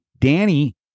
Danny